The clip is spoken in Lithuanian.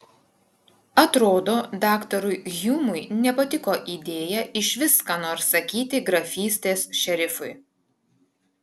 atrodo daktarui hjumui nepatiko idėja išvis ką nors sakyti grafystės šerifui